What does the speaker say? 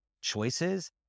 choices